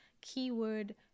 keyword